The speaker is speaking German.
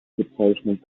bezeichnung